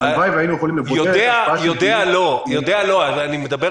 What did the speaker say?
הלוואי והיינו יכולים לבודד -- לא יודע אבל מתרחש.